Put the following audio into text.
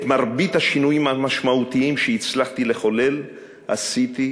את מרבית השינויים המשמעותיים שהצלחתי לחולל עשיתי,